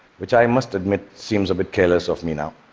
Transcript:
which i must admit seems a bit careless of me now,